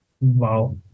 Wow